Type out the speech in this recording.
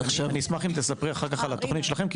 אני אשמח אם תספרי אחר כך על התוכנית שלכם,